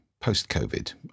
post-COVID